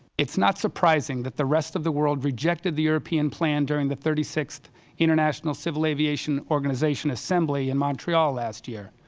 not surprising that the rest of the world rejected the european plan during the thirty sixth international civil aviation organization assembly in montreal last year.